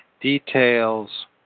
Details